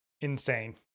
Insane